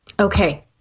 Okay